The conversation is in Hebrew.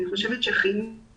אני חושבת שחינוך